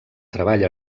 treball